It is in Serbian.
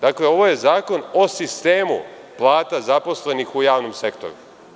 Dakle, ovo je zakon o sistemu plata zaposlenih u javnom sektoru.